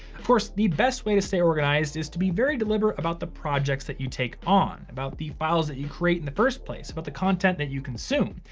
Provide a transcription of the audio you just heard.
of course, the best way to stay organized is to be very deliberate about the projects that you take on, about the files that you create in the first place, about the content that you consume.